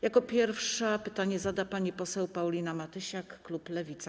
Jako pierwsza pytanie zada pani poseł Paulina Matysiak, klub Lewica.